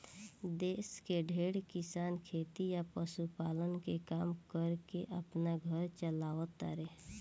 देश के ढेरे किसान खेती आ पशुपालन के काम कर के आपन घर चालाव तारे